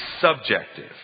subjective